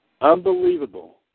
Unbelievable